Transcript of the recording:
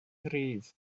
rhydd